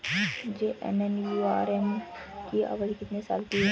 JNNURM की अवधि कितने साल की है?